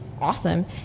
awesome